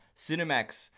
Cinemax